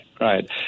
right